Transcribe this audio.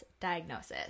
diagnosis